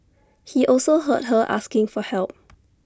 he also heard her asking for help